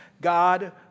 God